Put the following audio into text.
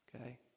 Okay